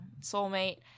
soulmate